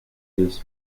his